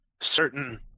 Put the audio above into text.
certain